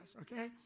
okay